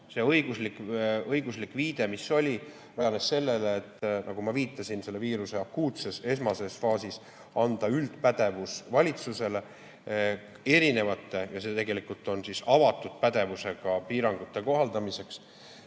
see õiguslik viide, mis oli, rajanes sellele, nagu ma viitasin, selle viiruse akuutses esmases faasis anda üldpädevus valitsusele erinevate ja tegelikult avatud pädevusega piirangute kohaldamiseks,